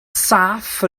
saff